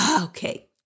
okay